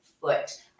foot